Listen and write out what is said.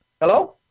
Hello